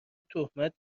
تهمت